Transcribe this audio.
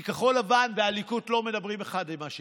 כי כחול לבן והליכוד לא מדברות אחת עם השנייה.